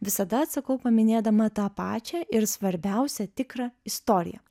visada atsakau paminėdama tą pačią ir svarbiausia tikrą istoriją